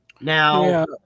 now